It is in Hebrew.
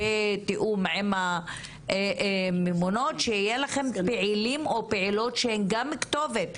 בתיאום עם הממונות תתחילו לקבל פעילים ופעילות שהם גם כתובת,